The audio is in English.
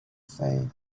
sale